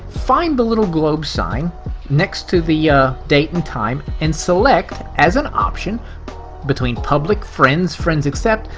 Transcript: find the little globe sign next to the date and time and select as an option between public, friends, friends except,